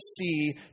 see